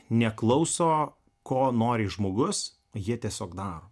neklauso ko nori žmogus jie tiesiog daro